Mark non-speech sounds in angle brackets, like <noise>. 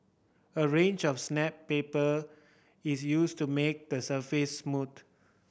a range of <unintelligible> paper is used to make the surface smooth